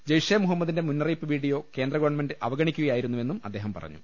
ജെയ്ഷെ മുഹ മ്മദിന്റെ മുന്നറിയിപ്പ് വീഡിയോ കേന്ദ്രഗവൺമെന്റ് അവഗണി ക്കുകയായിരുന്നുവെന്നും അദ്ദേഹം പറഞ്ഞു